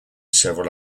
several